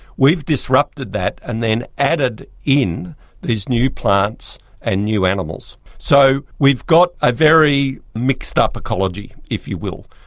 we've disrupted that and then added in these new plants and new animals. so we've got a very mixed-up ecology, if you will.